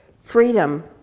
freedom